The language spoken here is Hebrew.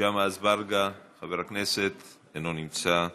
ג'מעה אזברגה, אינו נמצא.